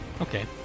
Okay